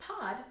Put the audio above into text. pod